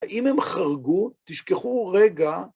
האם הם חרגו? תשכחו רגע.